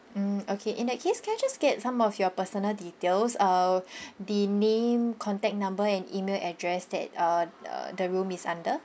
mm okay in that case can I just get some of your personal details uh the name contact number and email address that uh uh the room is under